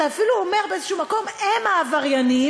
אתה אפילו אומר, באיזה מקום הם העבריינים,